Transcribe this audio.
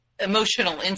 emotional